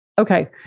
Okay